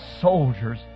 soldiers